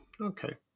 Okay